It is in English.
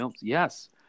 yes